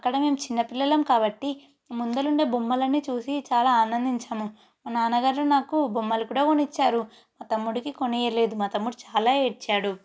అక్కడ మేము చిన్న పిల్లలం కాబట్టి ముందర ఉన్న బొమ్మలు అన్ని చూసి చాలా ఆనందించాము మా నాన్న గారు నాకు బొమ్మలు కూడా కొని ఇచ్చారు మా తమ్ముడికి కొని ఇవ్వలేదు మా తమ్ముడు చాలా ఏడ్చాడు